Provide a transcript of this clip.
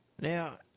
Now